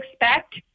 expect